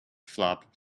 flap